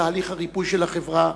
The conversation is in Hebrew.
מתהליך הריפוי של החברה,